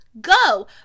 go